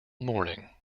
morning